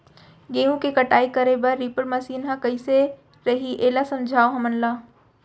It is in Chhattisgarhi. गेहूँ के कटाई करे बर रीपर मशीन ह कइसे रही, एला समझाओ हमन ल?